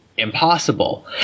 impossible